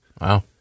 Wow